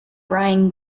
bryan